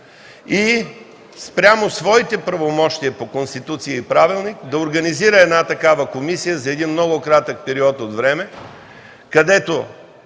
и спрямо своите правомощия по Конституция и правилник да организира такава комисия за много кратък период от време, където